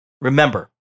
Remember